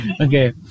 Okay